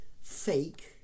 fake